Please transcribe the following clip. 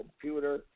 computer